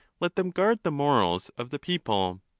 let them guard the morals of the people.